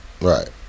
Right